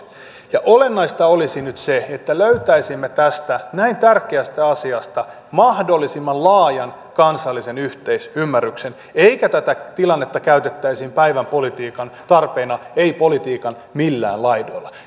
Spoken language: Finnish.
olennaista olisi nyt se että löytäisimme tästä näin tärkeästä asiasta mahdollisimman laajan kansallisen yhteisymmärryksen eikä tätä tilannetta käytettäisi päivän politiikan tarpeena ei politiikan millään laidoilla